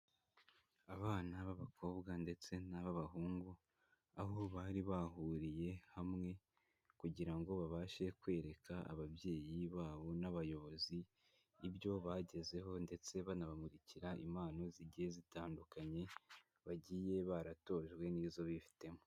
Abana b'abakobwa ndetse n'ab'abahungu aho bari bahuriye hamwe kugira ngo babashe kwereka ababyeyi babo n'abayobozi, ibyo bagezeho ndetse banabamurikira impano zigiye zitandukanye bagiye baratojwe n'izo bifitemo.